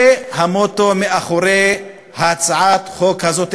זה המוטו מאחורי הצעת החוק הזו,